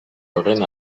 horren